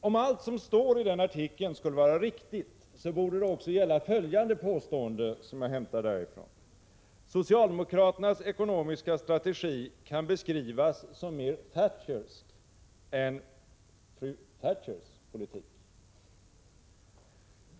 Om allt som står i den här artikeln skulle vara riktigt, så borde det också gälla följande påstående, som jag hämtar därifrån: Socialdemokraternas ekonomiska strategi kan beskrivas som mer Thatchersk än fru Thatchers politik.